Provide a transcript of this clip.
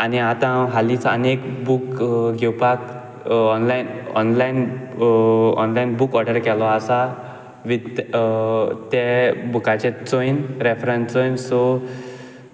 आनी आतां हांव हालीं आनीक एक बूक घेवपाक online online online book order केलो आसा वीथ त्या बुकाचे चोयन रेफरंस चोयन सो